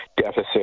deficit